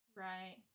Right